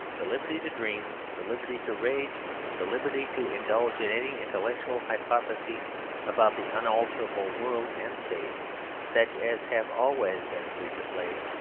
the liberty to dream, the liberty to rage the liberty to indulge in any intellectual hypotheses about the unalterable world and state such as have always been free to slaves,